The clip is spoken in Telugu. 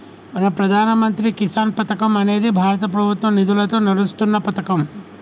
మన ప్రధాన మంత్రి కిసాన్ పథకం అనేది భారత ప్రభుత్వ నిధులతో నడుస్తున్న పతకం